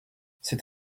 c’est